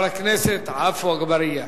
ואחריו, חבר הכנסת עפו אגבאריה.